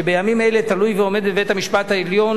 שבימים אלה תלוי ועומד בבית-המשפט העליון